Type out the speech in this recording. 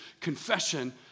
confession